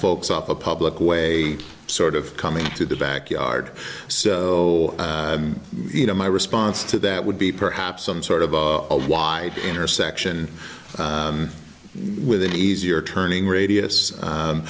folks up a public way sort of coming to the backyard so you know my response to that would be perhaps some sort of a wide intersection with an easier turning radius